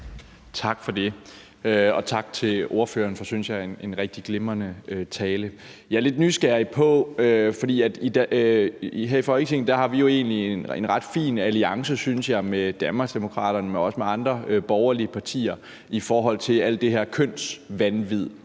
Tak for det, og tak til ordføreren for en, synes jeg, rigtig glimrende tale. Jeg er lidt nysgerrig. Her i Folketinget har vi jo egentlig en ret fin alliance, synes jeg, med Danmarksdemokraterne, men også med andre borgerlige partier i forhold til alt det her kønsvanvid,